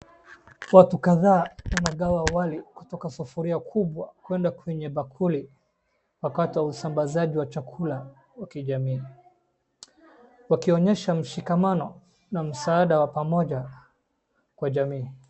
Watu kadhaa wanagawa wali kutoka sufuria kubwa kuenda kwenye bakuli wakati wa usambazaji wa chakula wa kijamii wakionyesha mshikamano na msaada wa pamoja kwa jamii.